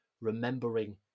remembering